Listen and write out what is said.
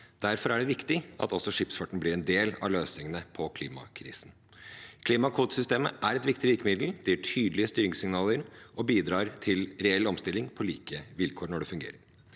Derfor er det viktig at også skipsfarten blir en del av løsningen på klimakrisen. Klimakvotesystemet er et viktig virkemiddel. Det gir tydelige styringssignaler og bidrar til reell omstilling på like vilkår når det fungerer.